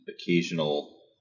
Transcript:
occasional